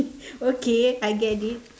okay I get it